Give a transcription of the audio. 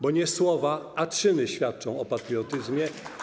Bo nie słowa, a czyny świadczą o patriotyzmie.